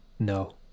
No